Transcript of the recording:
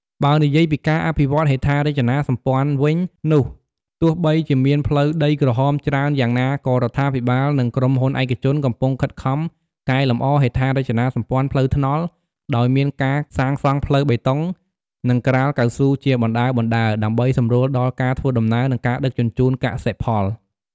បើនិយាយពីការអភិវឌ្ឍន៍ហេដ្ឋារចនាសម្ព័ន្ធវិញនោះ ទោះបីជាមានផ្លូវដីក្រហមច្រើនយ៉ាងណាក៏រដ្ឋាភិបាលនិងក្រុមហ៊ុនឯកជនកំពុងខិតខំកែលម្អហេដ្ឋារចនាសម្ព័ន្ធផ្លូវថ្នល់ ដោយមានការសាងសង់ផ្លូវបេតុង និងក្រាលកៅស៊ូជាបណ្តើរៗ ដើម្បីសម្រួលដល់ការធ្វើដំណើរ និងការដឹកជញ្ជូនកសិផល។